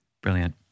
Brilliant